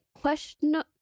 question